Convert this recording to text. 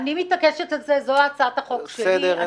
זאת הצעת החוק שלי ואני מתעקשת על זה.